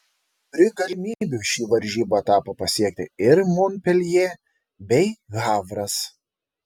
turi galimybių šį varžybų etapą pasiekti ir monpeljė bei havras